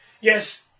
Yes